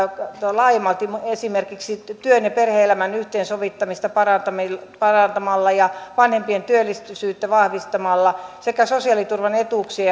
laajemmalti esimerkiksi työn ja perhe elämän yhteensovittamista parantamalla ja vanhempien työllisyyttä vahvistamalla sekä sosiaaliturvan etuuksia